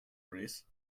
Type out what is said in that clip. breeze